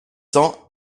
cents